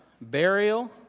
burial